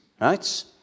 right